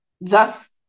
thus